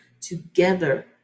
together